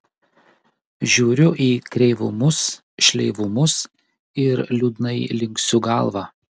žiūriu į kreivumus šleivumus ir liūdnai linksiu galvą